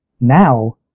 now